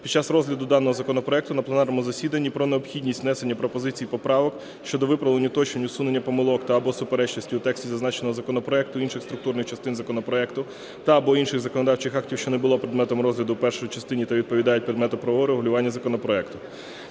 під час розгляду даного законопроекту на пленарному засіданні про необхідність внесення пропозицій і поправок щодо виправлень, уточнень, усунення помилок та/або суперечностей у тексті зазначеного законопроекту, інших структурних частин законопроекту та/або інших законодавчих актів, що не були предметом розгляду в першій частині та відповідають предмету правового регулювання законопроекту.